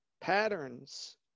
patterns